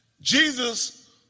Jesus